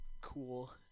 cool